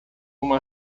uma